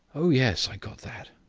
oh, yes, i got that.